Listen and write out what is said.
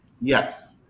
Yes